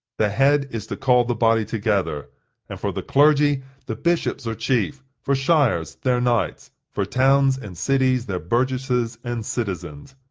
the head is to call the body together and for the clergy the bishops are chief, for shires their knights, for towns and cities their burgesses and citizens.